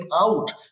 out